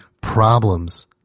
problems